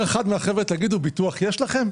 "תגידו, ביטוח יש לכם"?